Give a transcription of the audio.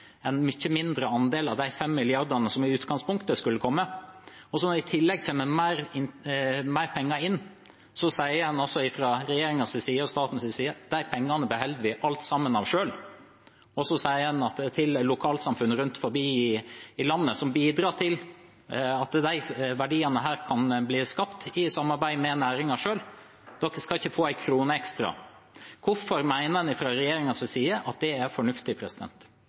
en mye mindre andel av de 5 mrd. kr som i utgangspunktet skulle komme. I tillegg kommer det inn mer penger. Så sier en fra regjeringens og statens side at alle de pengene beholder en selv, og så sier en til lokalsamfunn rundt om i landet, som bidrar til at disse verdiene kan bli skapt i samarbeid med næringen selv, at de skal ikke få en krone ekstra. Hvorfor mener en fra regjeringens side at det er fornuftig?